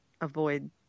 avoid